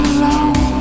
alone